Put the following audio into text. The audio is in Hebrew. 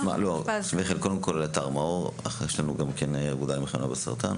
מאור, בקשה.